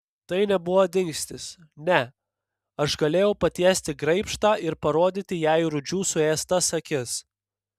tai nebuvo dingstis ne aš galėjau patiesti graibštą ir parodyti jai rūdžių suėstas akis